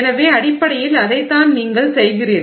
எனவே அடிப்படையில் அதைத்தான் நீங்கள் செய்கிறீர்கள்